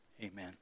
amen